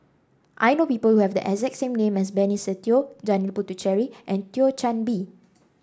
I know people who have the exact same name as Benny Se Teo Janil Puthucheary and Thio Chan Bee